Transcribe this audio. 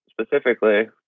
specifically